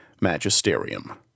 magisterium